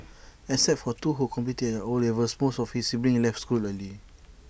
except for two who completed their O levels most of his siblings left school early